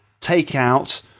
Takeout